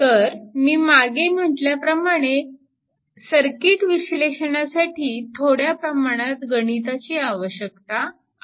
तर मी मागे म्हटल्याप्रमाणे आहे सर्किट विश्लेषणासाठी थोड्या प्रमाणात गणिताची माहिती आवश्यक आहे